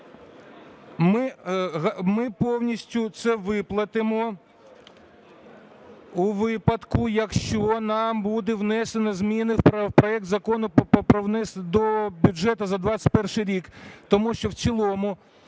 Ми повністю це виплатимо у випадку, якщо нам буде внесено зміни в проект Закону… до бюджету за 2021 рік,